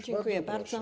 Dziękuję bardzo.